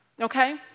Okay